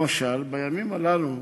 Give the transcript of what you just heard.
למשל, בימים הללו,